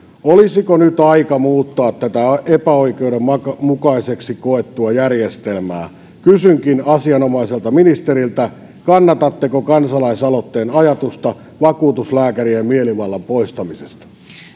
olisiko nyt aika muuttaa tätä epäoikeudenmukaiseksi koettua järjestelmää kysynkin asianomaiselta ministeriltä kannatatteko kansalaisaloitteen ajatusta vakuutuslääkärien mielivallan poistamisesta